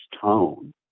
tone